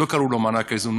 לא קראו לו מענק איזון,